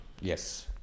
yes